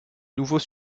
nouveaux